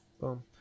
Boom